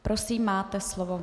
Prosím, máte slovo.